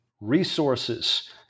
resources